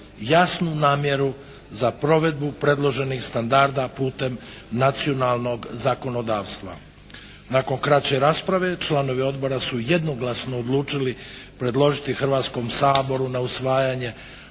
jasnu namjeru za provedbu predloženih standarda putem nacionalnog zakonodavstva. Nakon kraće rasprave članovi odbora su jednoglasno odlučili predložiti Hrvatskom saboru na usvajanje